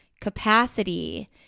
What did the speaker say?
capacity